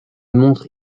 montre